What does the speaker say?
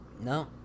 No